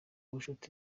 bucuti